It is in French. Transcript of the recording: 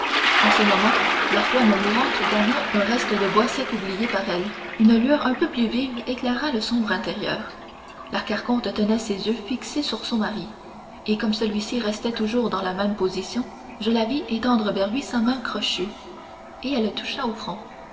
en ce moment la flamme mourante gagna un reste de bois sec oublié par elle une lueur un peu plus vive éclaira le sombre intérieur la carconte tenait ses yeux fixés sur son mari et comme celui-ci restait toujours dans la même position je la vis étendre vers lui sa main crochue et elle le toucha au front